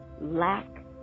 lack